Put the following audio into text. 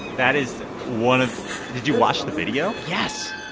that is one did you watch the video? yes.